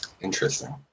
Interesting